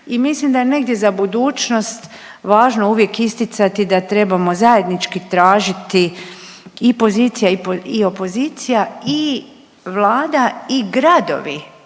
i mislim da je negdje za budućnost važno uvijek isticati da trebamo zajednički tražiti i pozicija i opozicija i Vlada i gradovi